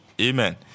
Amen